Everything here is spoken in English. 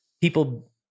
people